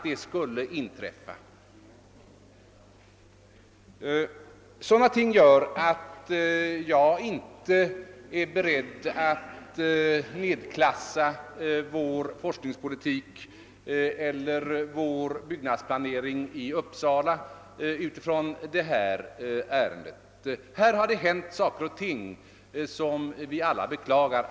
Det är förhållanden som dessa som gör att jag inte är beredd att nedklassa vår forskningspolitik eller byggnadsplaneringen i Uppsala med utgångspunkt i detta ärende. Det har hänt en del saker som vi beklagar.